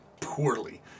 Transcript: poorly